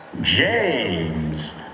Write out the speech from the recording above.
james